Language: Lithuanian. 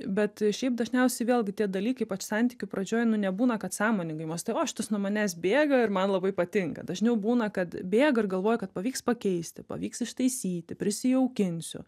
bet šiaip dažniausiai vėlgi tie dalykai ypač santykių pradžioj nu nebūna kad sąmoningai mąstai o šitas nuo manęs bėga ir man labai patinka dažniau būna kad bėga ir galvoja kad pavyks pakeisti pavyks ištaisyti prisijaukinsiu